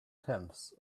tenths